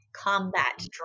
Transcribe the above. combat